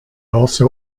also